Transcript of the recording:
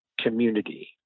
community